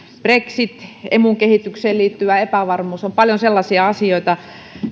brexit emun kehitykseen liittyvä epävarmuus on paljon sellaisia asioita